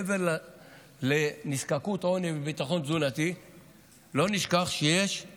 מעבר לנזקקות עוני וביטחון תזונתי לא נשכח שיש